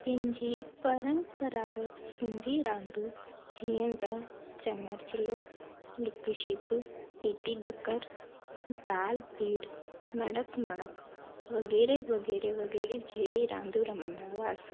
पंहिंजे परंपरागत सिंधी रांदियूं जीअं त चनर चिलो लिक छिप इटी ॾकर दालपीढ़ नढ़क नढ़क वग़ैरह वग़ैरह वग़ैरह जहिड़ी रांदियूं रमंदा हुआसीं